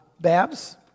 Babs